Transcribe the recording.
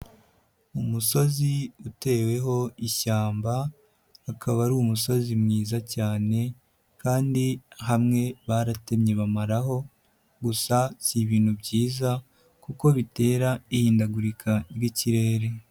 Umusozi uteweho ishyamba, akaba ari umusozi mwiza cyane kandi hamwe baratemye bamaraho, gusa si ibintu byiza kuko bitera ihindagurika ry'ikirere.